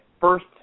first